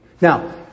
Now